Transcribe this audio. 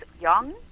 young